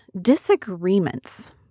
disagreements